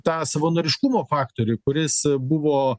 tą savanoriškumo faktorių kuris buvo